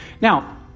Now